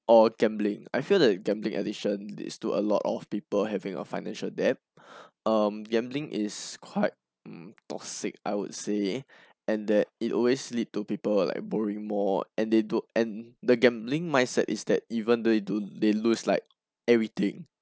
or gambling I feel the gambling addiction leads to a lot of people having a financial debt um gambling is quite mm toxic I would say and that it always lead to people like borrowing more and they do and the gambling mindset is that even though you don't they lose like everything